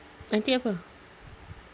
nanti apa